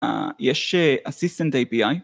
יש אסיסטנט API